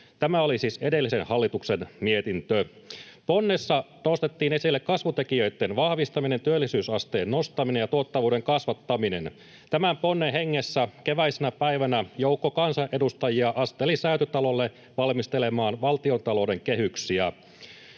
Tämä oli siis edellisen hallituksen mietintö. Ponnessa nostettiin esille kasvutekijöitten vahvistaminen, työllisyysasteen nostaminen ja tuottavuuden kasvattaminen. Tämän ponnen hengessä keväisenä päivänä joukko kansanedustajia asteli Säätytalolle valmistelemaan valtiontalou-den kehyksiä.